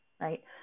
right